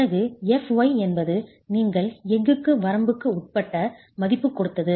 பிறகு fy என்பது நீங்கள் எஃகுக்கு வரம்புக்குட்பட்ட மதிப்பு கொடுத்தது